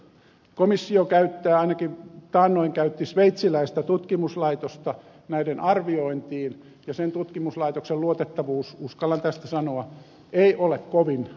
komissio käyttää ainakin taannoin käytti sveitsiläistä tutkimuslaitosta näiden arviointiin ja sen tutkimuslaitoksen luotettavuus uskallan tästä sanoa ei ole kovin vahva